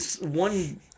one